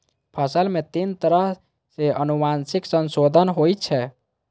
फसल मे तीन तरह सं आनुवंशिक संशोधन होइ छै